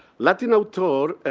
latinal tour